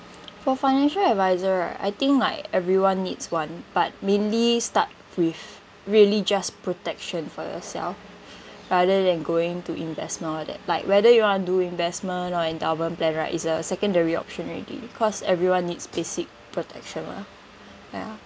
for financial adviser I think like everyone needs one but mainly start with really just protection for yourself rather than going to invest more at it like whether you want to do investment or endowment plan right is a secondary option already cause everyone needs basic protection lah ya